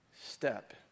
step